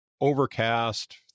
Overcast